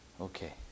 Okay